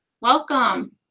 welcome